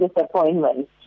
disappointment